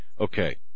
okay